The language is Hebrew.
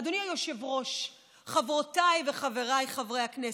אדוני היושב-ראש, חברותיי וחברי חברי הכנסת,